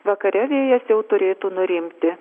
vakare vėjas jau turėtų nurimti